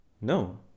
No